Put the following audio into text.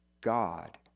God